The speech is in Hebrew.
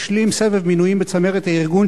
השלים סבב מינויים בצמרת הארגון,